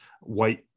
white